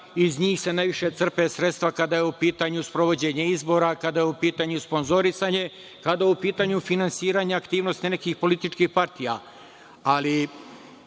iz njih se najviše crpe sredstva kada je u pitanju sprovođenje izbora, kada je u pitanju sponzorisanje, kada je u pitanju finansiranje aktivnosti nekih političkih partija,